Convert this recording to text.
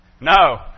No